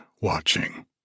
watching